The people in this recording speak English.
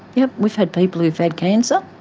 yes, we've had people who have had cancer,